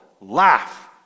Laugh